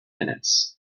minutes